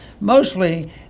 mostly